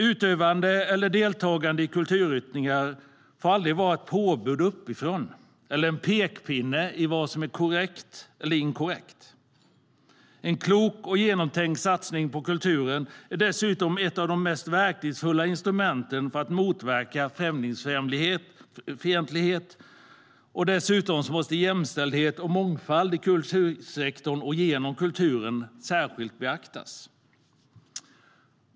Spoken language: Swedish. Utövande eller deltagande i kulturyttringar får aldrig vara ett påbud uppifrån eller en pekpinne om vad som är korrekt eller inkorrekt. En klok och genomtänkt satsning på kulturen är dessutom ett av de mest verkningsfulla instrumenten för att motverka främlingsfientlighet. Dessutom måste jämställdhet och mångfald i kultursektorn och genom kulturen särskilt beaktas.